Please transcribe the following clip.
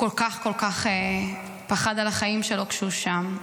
כל כך כל כך פחד על החיים שלו כשהוא שם.